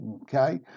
Okay